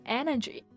energy